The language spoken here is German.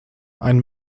ein